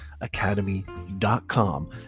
Academy.com